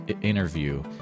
interview